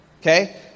Okay